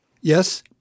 Yes